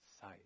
sight